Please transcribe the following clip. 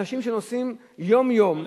אנשים שנוסעים יום-יום, נא לסיים.